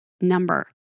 number